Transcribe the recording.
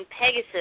Pegasus